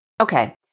Okay